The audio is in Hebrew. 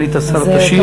סגנית השר תשיב.